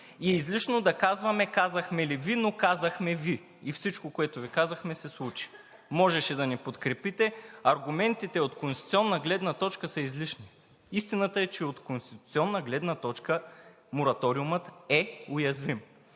и е излишно да казваме: „казахме ли Ви, но казахме Ви и всичко, което Ви казахме, се случи“. Можеше да ни подкрепите. Аргументите от конституционна гледна точка са излишни. Истината е, че от конституционна гледна точка мораториумът е уязвим